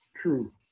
True